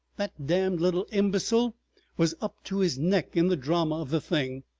the damned little imbecile was up to his neck in the drama of the thing,